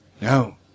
No